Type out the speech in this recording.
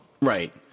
right